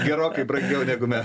gerokai brangiau negu mes